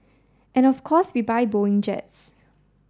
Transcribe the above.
and of course we buy Boeing jets